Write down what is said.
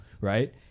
right